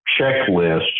checklist